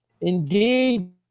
Indeed